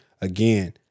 again